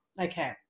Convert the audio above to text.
Okay